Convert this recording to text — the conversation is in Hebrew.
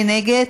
מי נגד?